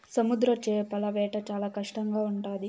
సముద్ర చేపల వేట చాలా కష్టంగా ఉంటుంది